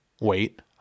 wait